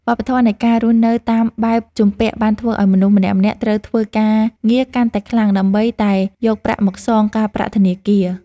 វប្បធម៌នៃការរស់នៅតាមបែបជំពាក់បានធ្វើឱ្យមនុស្សម្នាក់ៗត្រូវធ្វើការងារកាន់តែខ្លាំង ដើម្បីតែយកប្រាក់មកសងការប្រាក់ធនាគារ។